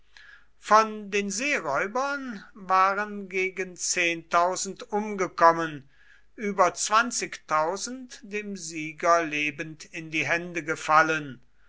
von den seeräubern waren gegen umgekommen über dem sieger lebend in die hände gefallen